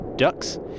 Ducks